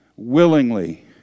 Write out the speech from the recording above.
willingly